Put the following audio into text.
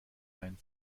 einen